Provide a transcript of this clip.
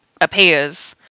appears